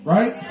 Right